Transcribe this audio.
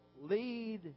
lead